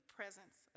presence